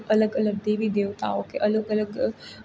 અલગ અલગ દેવી દેવતાઓ કે અલગ અલગ